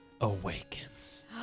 awakens